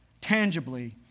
tangibly